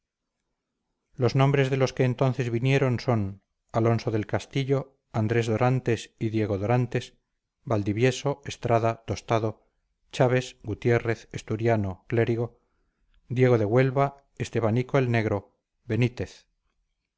los nombres de los que entonces vinieron son alonso del castillo andrés dorantes y diego dorantes valdivieso estrada tostado chaves gutiérrez esturiano clérigo diego de huelva estebanico el negro benítez